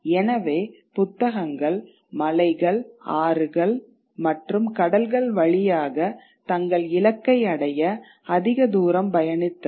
எனவே புத்தகங்கள் மலைகள் ஆறுகள் மற்றும் கடல்கள் வழியாக தங்கள் இலக்கை அடைய அதிக தூரம் பயணித்தது